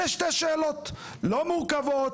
אלה שתי שאלות לא מורכבות.